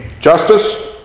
justice